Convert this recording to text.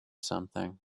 something